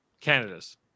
Canada's